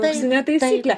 auksinė taisyklė